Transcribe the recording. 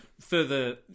Further